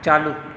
चालू